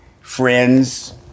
Friends